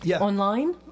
online